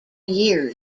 years